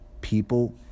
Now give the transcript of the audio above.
people